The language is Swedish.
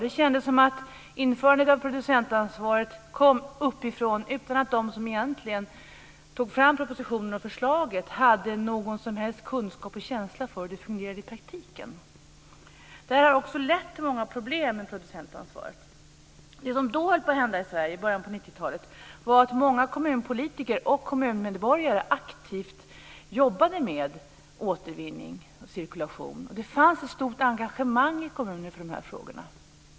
Det kändes som att införandet av producentansvaret kom uppifrån utan att de som egentligen tog fram propositionen och förslaget hade någon som helst kunskap och känsla för hur det fungerade i praktiken. Det har också lett till många problem med producentansvaret. Det som då höll på att hända i Sverige i början på 90-talet var att många politiker och kommunmedborgare aktivt jobbade med återvinning och cirkulation. Det fanns ett stort engagemang i kommunerna för de frågorna.